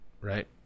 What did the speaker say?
Right